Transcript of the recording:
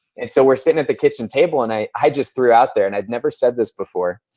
and so, we're sitting at the kitchen table and i i just threw out there. and i'd never said this before.